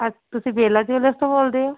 ਤੁਸੀਂ ਵੇਲਾ ਜਿਊਲਰਸ ਤੋਂ ਬੋਲਦੇ ਹੋ